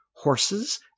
horses